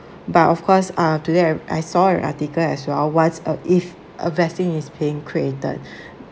but of course uh today I I saw an article as well once uh if a vaccine is being created